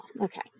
Okay